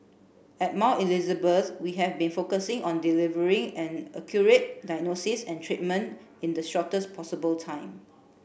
at Mount Elizabeth we have been focusing on delivering an accurate diagnosis and treatment in the shortest possible time